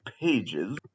Pages